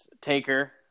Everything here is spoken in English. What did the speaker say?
Taker